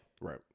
Right